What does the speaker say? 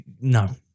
no